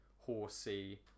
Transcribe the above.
horsey